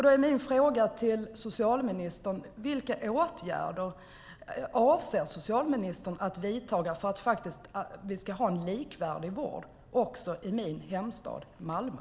Då är min fråga till socialministern: Vilka åtgärder avser socialministern att vidta för att vi faktiskt ska ha en likvärdig vård också i min hemstad Malmö?